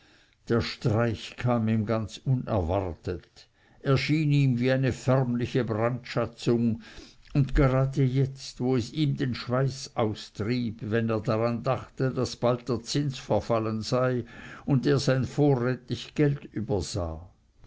der streich kam ihm ganz unerwartet erschien ihm wie eine förmliche brandschatzung und gerade jetzt wo es ihm den schweiß austrieb wenn er daran dachte daß bald der zins verfallen sei und er sein vorrätig geld übersah